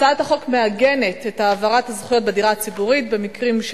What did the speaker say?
הצעת החוק מעגנת את העברת הזכויות בדירה הציבורית במקרים,